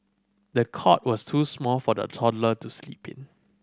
the cot was too small for the toddler to sleep in